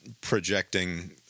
projecting